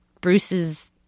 Bruce's